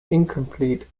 incomplete